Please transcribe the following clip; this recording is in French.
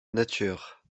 nature